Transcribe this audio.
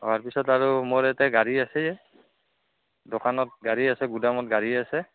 হোৱাৰ পিছত আৰু মোৰ ইয়াত গাড়ী আছে দোকানত গাড়ী আছে গুদামত গাড়ী আছে